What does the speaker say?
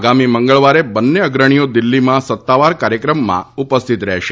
આગામી મંગળવારે બંન્ને અગ્રણીઓ દિલ્ફીમાં સત્તાવાર કાર્યક્રમમાં ઉપસ્થિત રહેશે